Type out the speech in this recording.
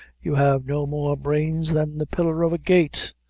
you have no more brains than the pillar of a gate.